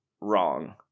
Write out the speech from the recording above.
wrong